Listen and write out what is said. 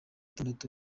gatatu